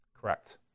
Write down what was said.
Correct